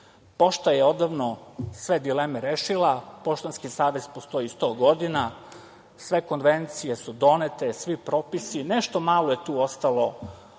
Pošta je odavno sve dileme rešila, Poštanski savez postoji sto godina, sve konvencije su donete, svi propisi, nešto malo je tu ostalo